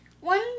one